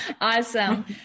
Awesome